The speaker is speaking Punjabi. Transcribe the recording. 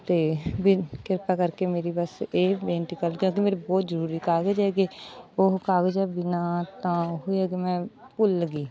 ਅਤੇ ਵੀਰ ਕਿਰਪਾ ਕਰਕੇ ਮੇਰੀ ਬਸ ਇਹ ਬੇਨਤੀ ਕਰ ਜਦ ਮੇਰੇ ਬਹੁਤ ਜ਼ਰੂਰੀ ਕਾਗਜ਼ ਹੈਗੇ ਉਹ ਕਾਗਜ਼ ਬਿਨਾਂ ਤਾਂ ਉਹ ਹੈ ਕਿ ਮੈਂ ਭੁੱਲ ਗਈ